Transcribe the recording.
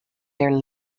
their